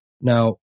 Now